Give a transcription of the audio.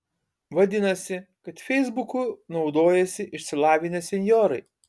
vadinasi kad feisbuku naudojasi išsilavinę senjorai